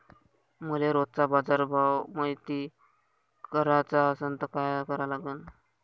मले रोजचा बाजारभव मायती कराचा असन त काय करा लागन?